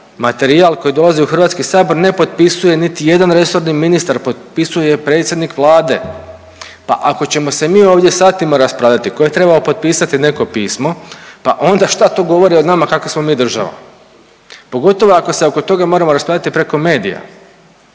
materijal koji dolaze u Hrvatski sabor ne potpisuje niti jedan resorni ministar, potpisuje predsjednik Vlade. Pa ako ćemo se mi ovdje satima raspravljati tko je trebao potpisati neko pismo, pa onda šta to govori o nama kakva smo mi država pogotovo ako se oko toga moramo raspravljati preko medija.